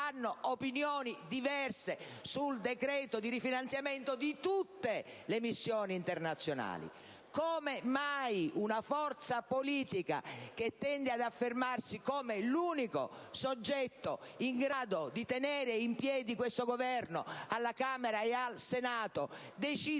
hanno opinioni diverse sul decreto di rifinanziamento di tutte le missioni internazionali; come mai una forza politica, che tende ad affermarsi come l'unico soggetto in grado di tenere in piedi l'Esecutivo alla Camera e al Senato, decida